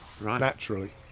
naturally